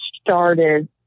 started